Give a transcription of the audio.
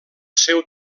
seu